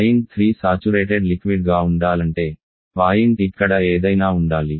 point 3 saturated liquid గా ఉండాలంటే point ఇక్కడ ఏదైనా ఉండాలి